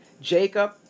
Jacob